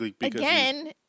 Again